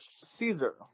Caesar